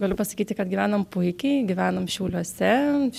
galiu pasakyti kad gyvenam puikiai gyvenam šiauliuose